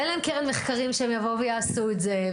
ואין להן קרן מחקרים לבוא ולעשות את זה.